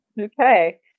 Okay